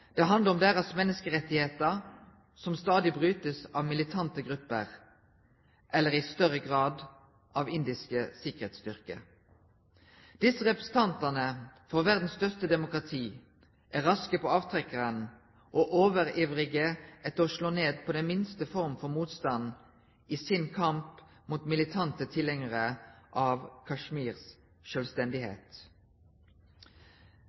Det handler om deres menneskerettigheter, som stadig brytes av militante grupper, eller – i større grad – av indiske sikkerhetsstyrker. Disse representantene for verdens største demokrati er raske på avtrekkeren og overivrige etter å slå ned på den minste form for motstand i sin kamp mot militante tilhengere av Kashmirs